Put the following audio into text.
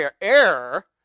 error